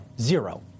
zero